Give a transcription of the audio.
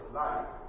life